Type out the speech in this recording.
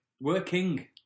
working